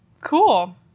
cool